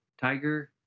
Tiger